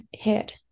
head